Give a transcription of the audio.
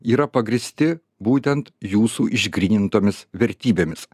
yra pagrįsti būtent jūsų išgrynintomis vertybėmis